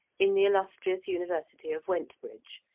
in the illustrious university of wentbridge,